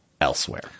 elsewhere